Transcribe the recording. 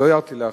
לא הערתי לך,